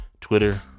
Twitter